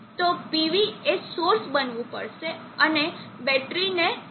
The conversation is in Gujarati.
તો PV એ સોર્સ બનવું પડશે અને બેટરીને ઘટવું પડશે